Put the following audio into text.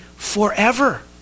forever